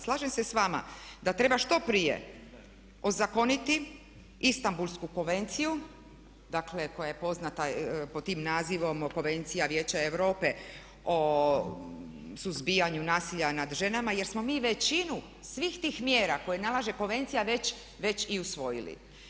Slažem se s vama da treba što prije ozakoniti Istambulsku konvenciju dakle koja je poznata pod tim nazivom Konvencija Vijeća Europe o suzbijanju nasilja nad ženama jer smo mi većinu svih tih mjera koje nalaže Konvencija već i usvojili.